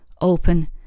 open